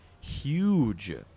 Huge